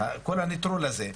כל הנטרול הזה,